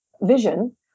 vision